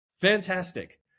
Fantastic